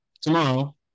Tomorrow